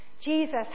Jesus